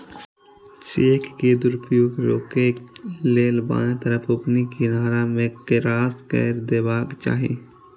cheque के दुरुपयोग रोकै लेल बायां तरफ ऊपरी किनारा मे क्रास कैर देबाक चाही